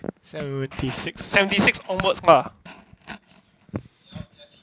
seventy six seventy six onwards mah